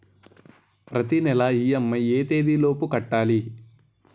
ప్రతినెల ఇ.ఎం.ఐ ఎ తేదీ లోపు కట్టాలి?